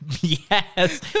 Yes